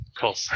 Cool